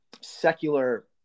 secular